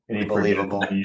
Unbelievable